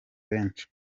benshi